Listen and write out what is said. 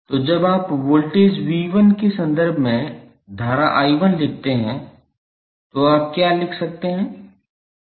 तो जब आप वोल्टेज 𝑉1 के संदर्भ में धारा 𝐼1 लिखते हैं तो आप क्या लिख सकते हैं